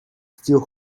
still